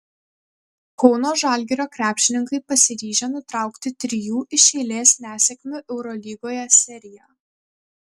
kauno žalgirio krepšininkai pasiryžę nutraukti trijų iš eilės nesėkmių eurolygoje seriją